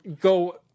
go